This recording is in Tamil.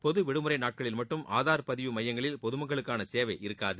பொது விடுமுறை நாட்களில் மட்டும் ஆதார் பதிவு மையங்களில் பொதுமக்களுக்கான சேவை இருக்காது